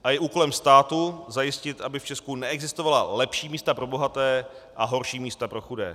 A je úkolem státu zajistit, aby v Česku neexistovala lepší místa pro bohaté a horší místa pro chudé.